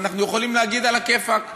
ואנחנו יכולים להגיד עלא כיפאק.